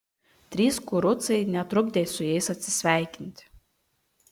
trys kurucai netrukdė su jais atsisveikinti